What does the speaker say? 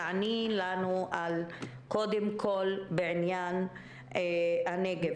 תעני לנו קודם כול בעניין הנגב.